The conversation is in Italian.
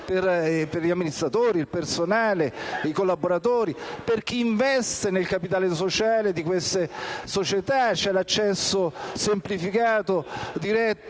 per gli amministratori, per il personale, per i collaboratori, per chi investe nel capitale sociale di queste società; l'accesso semplificato, diretto